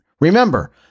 Remember